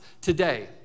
today